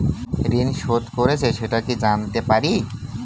ঋণ শোধ করেছে সেটা কি জানতে পারি?